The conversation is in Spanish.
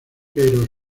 pero